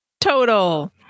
Total